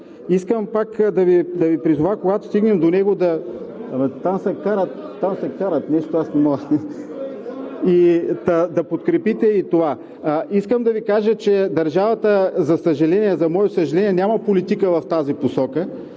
искам пак да Ви призова, когато стигнем до него да подкрепите и това. Искам да Ви кажа, че държавата, за съжаление, за мое съжаление, няма политика в тази посока,